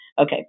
okay